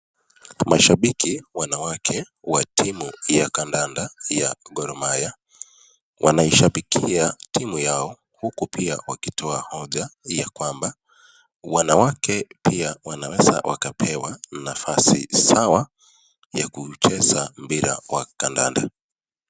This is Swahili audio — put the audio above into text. Mashabiki wanawake wa timu ya kadada ya Goh Mahia. Wanaishabikia timu yao uku pia wakitoa hoja ya kwamba wanawake pia wanaweza wakapewa nafasi sawa ya kucheza mpira wa kadada.